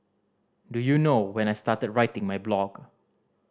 do you know when I started writing my blog